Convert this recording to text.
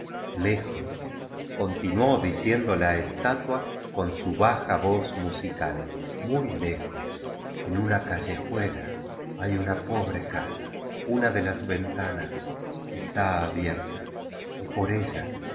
c nd o la estatua r con su baja voz musical muy lejos en una ca hojuela hay una pobre casa una de las ventanas está abierta y por tíla